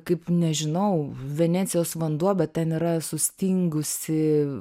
kaip nežinau venecijos vanduo bet ten yra sustingusi